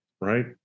right